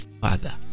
father